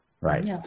right